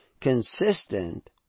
consistent